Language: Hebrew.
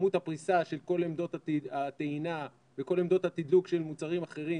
כמות הפריסה של כל עמדות הטעינה וכל עמדות התדלוק של מוצרים אחרים,